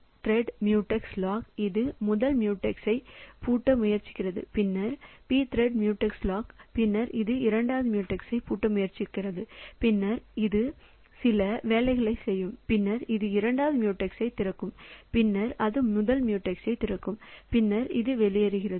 pthread mutex lock இது முதல் mutexஐ பூட்ட முயற்சிக்கிறது பின்னர் pthread mutex lock பின்னர் அது இரண்டாவது mutexஐ பூட்ட முயற்சிக்கிறது பின்னர் அது சில வேலைகளை செய்யும் பின்னர் அது இரண்டாவது mutex ஐ திறக்கும் பின்னர் அது முதல் mutex ஐ திறக்கும் பின்னர் அது வெளியேறுகிறது